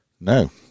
No